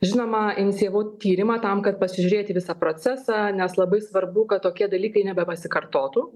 žinoma inicijavau tyrimą tam kad pasižiūrėti visą procesą nes labai svarbu kad tokie dalykai nebepasikartotų